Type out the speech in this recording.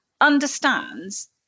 understands